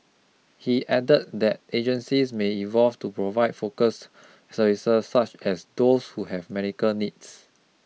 he added that agencies may evolve to provide focus services such as those who have medical needs